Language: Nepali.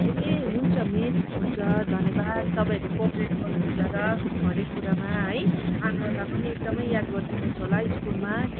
ए हुन्छ मिस हुन्छ धन्यवाद तपाईँहरूले कोअपरेट गर्नुहुन्छ र हरेक कुरामा है आरोहणलाई पनि एकदमै याद गरिदिनु होस् होला स्कुलमा